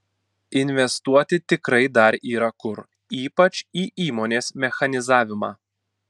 investuoti tikrai dar yra kur ypač į įmonės mechanizavimą